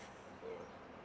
ya